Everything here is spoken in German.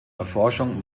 erforschung